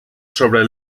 sobre